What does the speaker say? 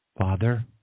father